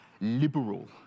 liberal